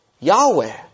Yahweh